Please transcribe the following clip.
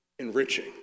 Enriching